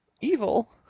evil